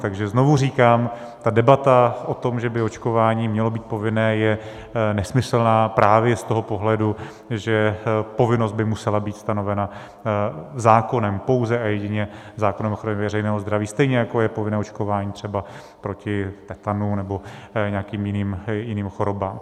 Takže znovu říkám, ta debata o tom, že by očkování mělo být povinné, je nesmyslná právě z toho pohledu, že povinnost by musela být stanovena zákonem, pouze a jedině zákonem o ochraně veřejného zdraví, stejně jako je povinné očkování třeba proti tetanu nebo nějakým jiným chorobám.